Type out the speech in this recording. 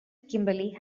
kimberly